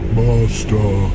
Master